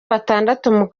batandatu